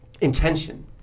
intention